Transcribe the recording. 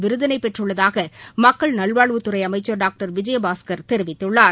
விருதினை பெற்றுள்ளதாக மக்கள் நல்வாழ்வுத்துறை அமைச்சர் டாக்டர் விஜயபாஸ்கள் தெரிவித்துள்ளார்